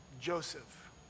Joseph